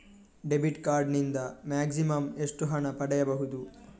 Debit card ನಿಂದ maximum ಎಷ್ಟು ಹಣ ಪಡೆಯಬಹುದು?